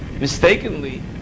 mistakenly